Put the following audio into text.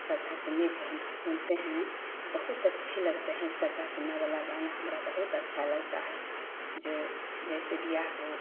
सरधा सिन्हा के हम चुनते हैं बहुत अच्छी लगते हैं सरधा सिन्हा वाला गाना हमरा बहुत अच्छा लगता है जो जैसे ब्याह को